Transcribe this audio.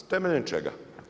Temeljem čega?